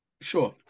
Sure